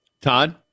Todd